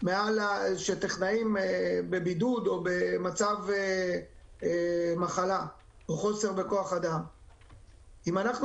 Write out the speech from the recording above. כשטכנאים בבידוד, או במצב מחלה, או חוסר כוח-אדם.